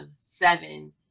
seven